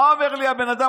מה אומר לי הבן אדם?